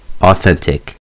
authentic